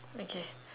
okay